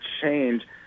change